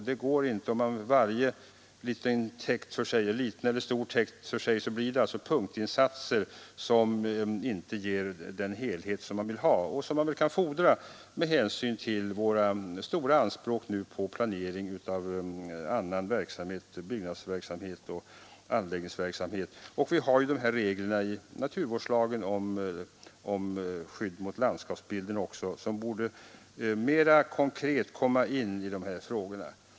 Det går då inte att planera varje täkt, liten eller stor, för sig. Det blir punktinsatser som inte ger möjlighet till den helhetsbedömning som man vill ha och kan fordra med hänsyn till våra stora anspråk på planering av byggnadsverksamhet och anläggningsverksamhet. Naturvårdslagens regler om skydd för landskapsbilden borde här mera konkret komma in i bilden.